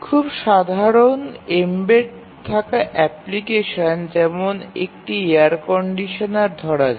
খুব সাধারণ এম্বেড থাকা অ্যাপ্লিকেশন যেমন একটি এয়ার কন্ডিশনার ধরা যাক